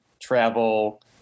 travel